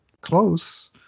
close